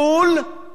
או שסוגרים.